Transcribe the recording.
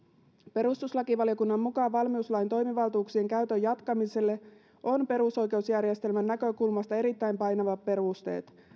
perustuslakivaliokunnan mukaan valmiuslain toimivaltuuksien käytön jatkamiselle on perusoikeusjärjestelmän näkökulmasta erittäin painavat perusteet